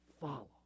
follow